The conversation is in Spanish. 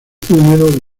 húmedo